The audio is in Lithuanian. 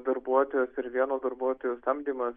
darbuotojas ir vieno darbuotojo samdymas